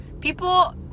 People